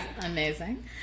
amazing